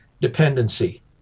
dependency